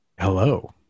hello